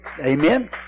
Amen